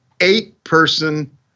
eight-person